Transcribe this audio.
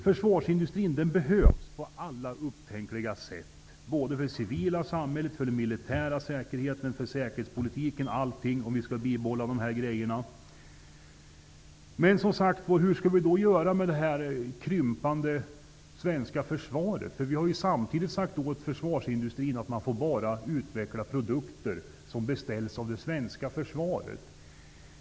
Försvarsindustrin behövs på alla upptänkliga sätt -- för det civila samhället, för den militära säkerheten och för säkerhetspolitiken -- om vi skall bibehålla det vi har. Men hur skall vi göra med det krympande svenska försvaret. Vi har ju samtidigt sagt åt försvarsindustrin att man bara får utveckla produkter som beställs av det svenska försvaret.